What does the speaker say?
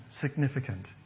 significant